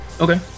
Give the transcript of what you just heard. okay